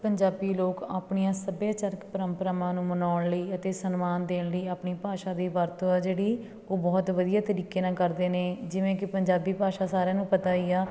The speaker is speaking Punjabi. ਪੰਜਾਬੀ ਲੋਕ ਆਪਣੀਆਂ ਸੱਭਿਆਚਾਰਕ ਪਰੰਪਰਾਵਾਂ ਨੂੰ ਮਨਾਉਣ ਲਈ ਅਤੇ ਸਨਮਾਨ ਦੇਣ ਲਈ ਆਪਣੀ ਭਾਸ਼ਾ ਦੀ ਵਰਤੋਂ ਆ ਜਿਹੜੀ ਉਹ ਬਹੁਤ ਵਧੀਆ ਤਰੀਕੇ ਨਾਲ ਕਰਦੇ ਨੇ ਜਿਵੇਂ ਕਿ ਪੰਜਾਬੀ ਭਾਸ਼ਾ ਸਾਰਿਆਂ ਨੂੰ ਪਤਾ ਹੀ ਆ